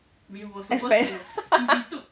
express